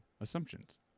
assumptions